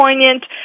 poignant